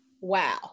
wow